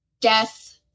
death